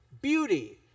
Beauty